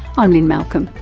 i'm lynne malcolm,